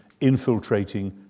infiltrating